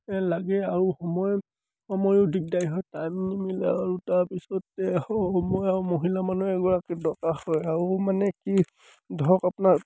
এই লাগে আৰু সময় সময়ো দিগদাৰী হয় টাইম নিমিলে আৰু তাৰপিছতে সময় আৰু মহিলা মানুহ এগৰাকী দৰকাৰ হয় আৰু মানে কি ধৰক আপোনাৰ